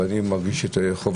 אבל אני מרגיש את חובתי,